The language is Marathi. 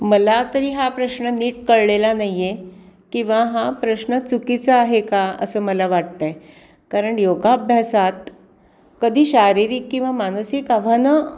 मला तरी हा प्रश्न नीट कळलेला नाही आहे किंवा हा प्रश्न चुकीचा आहे का असं मला वाटत आहे कारण योगाभ्यासात कधी शारीरिक किंवा मानसिक आव्हानं